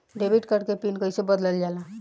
Debit card के पिन कईसे बदलल जाला?